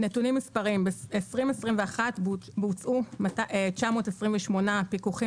נתונים מספריים: ב-2021 בוצעו 928 פיקוחים